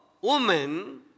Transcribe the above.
woman